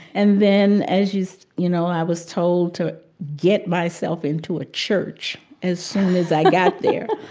and then as you so you know, i was told to get myself into a church as soon as i got there.